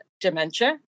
dementia